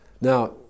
Now